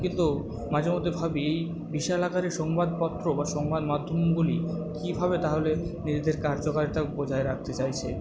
কিন্তু মাঝে মধ্যে ভাবি এই বিশাল আকারের সংবাদপত্র বা সংবাদমাধ্যমগুলি কীভাবে তাহলে নিজেদের কার্যকারিতা বজায় রাখতে চাইছে